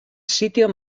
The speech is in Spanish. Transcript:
sitio